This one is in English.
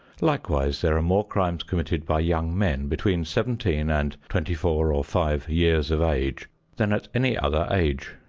likewise there are more crimes committed by young men between seventeen and twenty four or five years of age than at any other age.